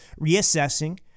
reassessing